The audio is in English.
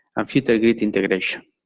and future grid integration.